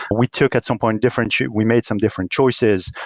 we took at some point different yeah we made some different choices.